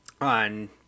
on